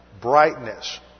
brightness